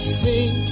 see